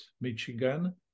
Michigan